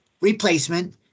replacement